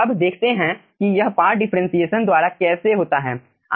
अब देखते हैं कि यह पार्ट डिफरेंटशिएशन द्वारा कैसे होता है